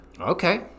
Okay